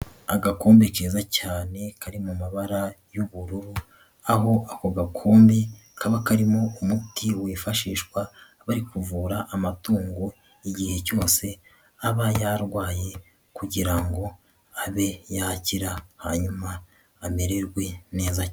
Agakombe keza cyane kari mu mabara y'ubururu aho ako gakumbi kaba karimo umuti wifashishwa bari kuvura amatungo igihe cyose aba yarwaye kugira ngo abe yakira hanyuma amererwe neza.